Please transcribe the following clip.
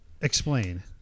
Explain